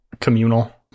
communal